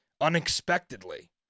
unexpectedly